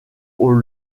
aux